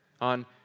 On